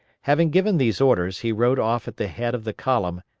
having given these orders, he rode off at the head of the column,